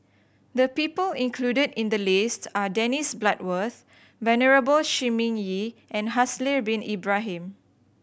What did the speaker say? the people included in the list are Dennis Bloodworth Venerable Shi Ming Yi and Haslir Bin Ibrahim